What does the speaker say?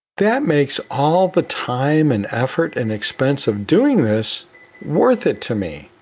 that makes all the time and effort and expense of doing this worth it to me.